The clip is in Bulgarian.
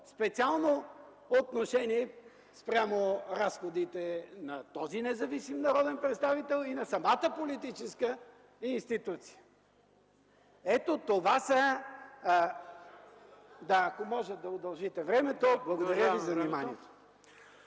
специално отношение спрямо разходите на този независим народен представител и на самата политическа институция. Ето това са.... Ако може да удължите времето. Благодаря ви за вниманието.